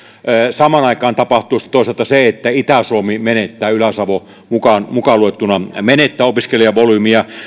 samaan aikaan tapahtuu toisaalta se että itä suomi ylä savo mukaan mukaan luettuna menettää opiskelijavolyymiä